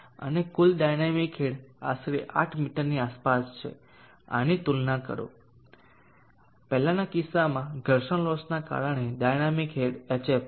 અને કુલ dynamic head આશરે 8 મીટરની આસપાસ છે આની તુલના કરો પહેલાના કિસ્સામાં ઘર્ષણલોસ ના કારણે ડાયનામિક હેડ hf છે